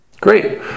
Great